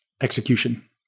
execution